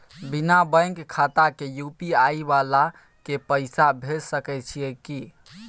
बिना बैंक खाता के यु.पी.आई वाला के पैसा भेज सकै छिए की?